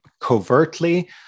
covertly